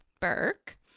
Burke